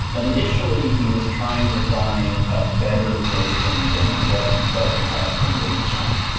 initially, he was trying to find a better version than what he felt he had from wing chun.